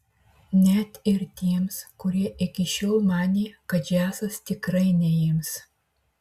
net ir tiems kurie iki šiol manė kad džiazas tikrai ne jiems